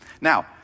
Now